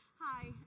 Hi